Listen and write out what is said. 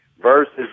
versus